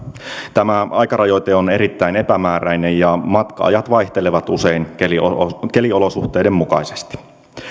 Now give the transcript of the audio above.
tämä aikarajoite on erittäin epämääräinen ja matka ajat vaihtelevat usein keliolosuhteiden keliolosuhteiden mukaisesti